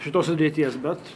šitos sudėties bet